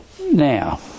Now